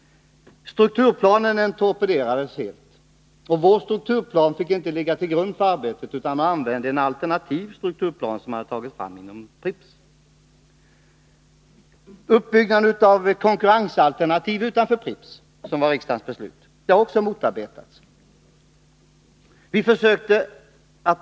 Strukturplanen torpederades helt. Den fick inte ligga till grund för arbetet, utan man använde sig av en alternativ strukturplan som tagits fram inom Pripps. Den av riksdagen beslutade uppbyggnaden av konkurrensalternativ utanför Pripps har också motarbetats.